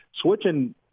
Switching